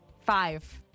Five